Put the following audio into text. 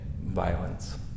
violence